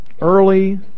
early